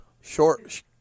Short